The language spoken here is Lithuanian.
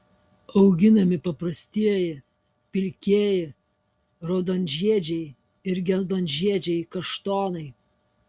auginami paprastieji pilkieji raudonžiedžiai ir geltonžiedžiai kaštonai